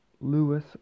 Lewis